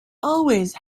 always